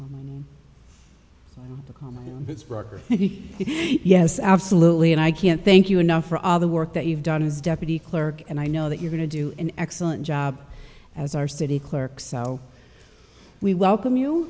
record yes absolutely and i can't thank you enough for all the work that you've done as deputy clerk and i know that you're going to do an excellent job as our city clerk so we welcome you